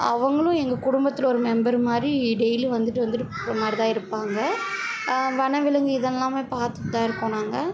அவங்களும் எங்கள் குடும்பத்தில் ஒரு மெம்பரு மாதிரி டெய்லி வந்துவிட்டு வந்துவிட்டு போகிற மாதிரிதான் இருப்பாங்க வனவிலங்கு இது எல்லாமே பார்த்துட்டுதான் இருக்கோம் நாங்கள்